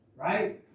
right